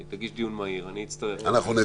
היא תגיש דיון מהיר, אני אצטרף אליה -- נתאם.